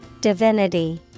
Divinity